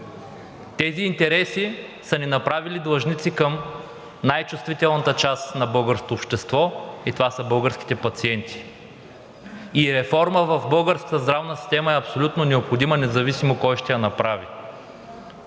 Тези интереси са ни направили длъжници към най-чувствителната част на българското общество и това са българските пациенти. Реформа в българската здравна система е абсолютно необходима, независимо кой ще я направи.